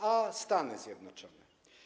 A Stany Zjednoczone?